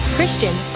Christian